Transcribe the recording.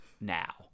now